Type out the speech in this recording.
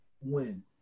win